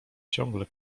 ciągle